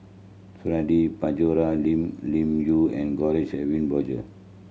Suradi Parjo Lee Li Yu and George Edwin Bogaars